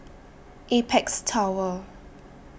Apex Tower